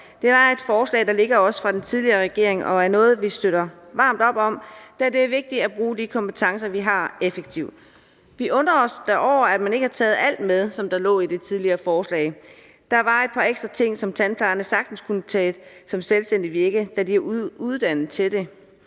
Det var et forslag, der også lå fra den tidligere regering og er noget, vi støtter varmt op om, da det er vigtigt at bruge de kompetencer, vi har, effektivt. Vi undrer os over, at man ikke har taget alt med, som der lå i det tidligere forslag. Der var et par ekstra ting, som tandplejerne sagtens kunne tage som selvstændigt virke, da de er uddannet til det.